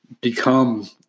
become